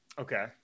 okay